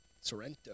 Sorrento